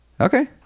Okay